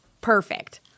perfect